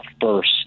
first